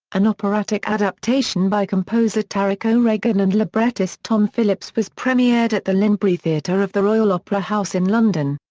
an operatic adaptation by composer tarik o'regan and librettist tom phillips was premiered at the linbury theatre of the royal opera house in london.